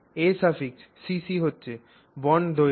acc হচ্ছে বন্ধন দৈর্ঘ্য